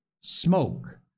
Smoke